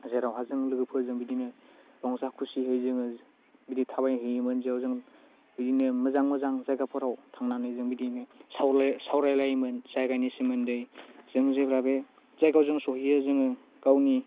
जेरावहाय जों लोगोफोरजों बिदिनो रंजा खुसियै जोङो बिदि थाबाय होयोमोन जेराव जों बिदिनो मोजां मोजां जायगफोराव थांनानै जों बिदिनो सावराय सावरालायोमोन जायगानि सोमोन्दै जों जेब्ला बे जायगायाव जों सौहैयो जोङो गावनि